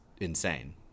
insane